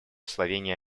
словения